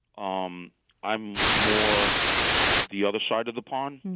um i'm more the other side of the pond.